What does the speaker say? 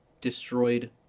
destroyed